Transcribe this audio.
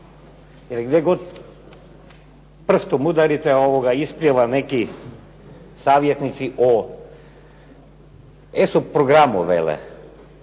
gdje god prstom udarite ispliva neki savjetnici o ESO programu vele.